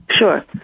Sure